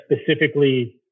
specifically